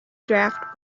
draft